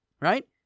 Right